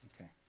Okay